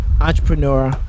entrepreneur